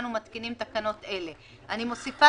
אנו מתקינים תקנות אלה" אני מוסיפה